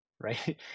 right